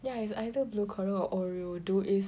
yeah it's either blue coral or oreo dude is